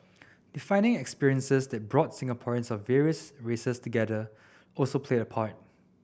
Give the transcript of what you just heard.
defining experiences that brought Singaporeans of various races together also played a part